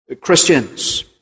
Christians